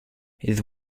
his